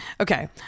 Okay